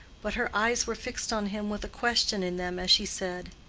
but her eyes were fixed on him with a question in them as she said,